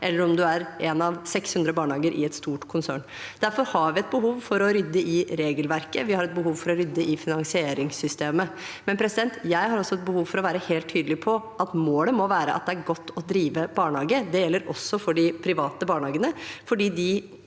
eller en av 600 barnehager i et stort konsern. Derfor har vi et behov for å rydde i regelverket. Vi har et behov for å rydde i finansieringssystemet. Jeg har også et behov for å være helt tydelig på at målet må være at det er godt å drive barnehage. Det gjelder også for de private barnehagene, for de